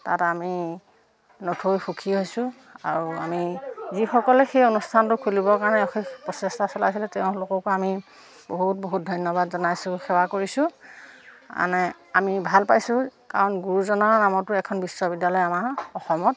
তাত আমি নথৈ সুখী হৈছোঁ আৰু আমি যিসকলে সেই অনুষ্ঠানটো খুলিবৰ কাৰণে অশেষ প্ৰচেষ্টা চলাইছিলে তেওঁলোককো আমি বহুত বহুত ধন্যবাদ জনাইছোঁ সেৱা কৰিছোঁ মানে আমি ভাল পাইছোঁ কাৰণ গুৰুজনাৰ নামতো এখন বিশ্ববিদ্যালয় আমাৰ অসমত